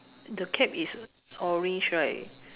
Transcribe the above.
the cap is orange right